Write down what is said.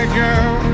girl